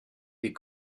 des